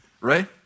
Right